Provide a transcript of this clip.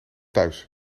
thuis